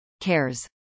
Cares